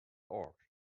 org